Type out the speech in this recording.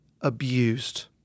abused